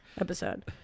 episode